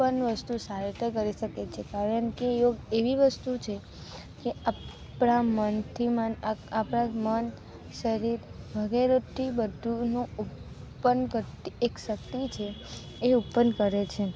પણ વસ્તુ સારી રીતે કરી શકીએ છીએ કારણ કે યોગ એવી વસ્તુ છે કે આપણાં મનથી માંડ આપણાં મન શરીર વગેરેથી બધુંનું ઉત્પન્ન કરતી એક શક્તિ છે એ ઉત્પન્ન કરે છે